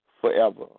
forever